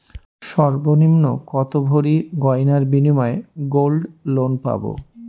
সর্বনিম্ন কত ভরি গয়নার বিনিময়ে গোল্ড লোন পাব?